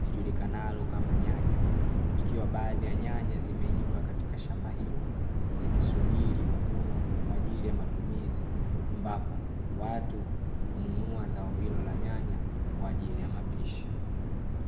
lijulikanalo kama nyanya, ikiwa baadhi ya nyanya zimeiva katika shamba hilo zikisubiri mavuno kwa ajili ya matumizi; ambapo, watu hununua zao hilo la nyanya kwa ajili ya mapishi.